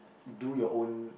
do your own